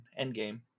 Endgame